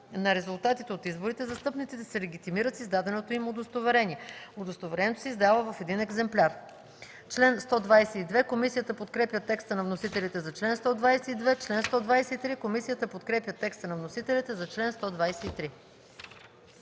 на резултатите от изборите застъпниците се легитимират с издаденото им удостоверение. Удостоверението се издава в един екземпляр.” Комисията подкрепя текста на вносителите за чл. 122. Комисията подкрепя текста на вносителите за чл. 123.